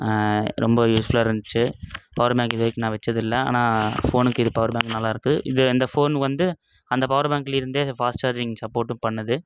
ரொம்ப யூஸ் ஃபுல்லாக இருந்துச்சு பவர் பேங்க் இது வரைக்கும் நான் வச்சதில்ல ஆனால் ஃபோனுக்கு இது பவர் பேங்க் நல்லாஇருக்கு இது இந்த ஃபோன் வந்து அந்த பவரு பேங்கிலருந்தே இது ஃபாஸ்ட் சார்ஜிங் சப்போர்ட்டும் பண்ணுது